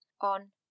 on